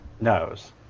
knows